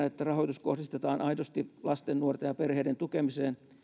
että rahoitus kohdistetaan aidosti lasten nuorten ja perheiden tukemiseen